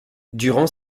durant